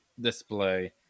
display